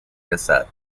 رسد